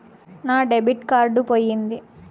నా debit card పోయింది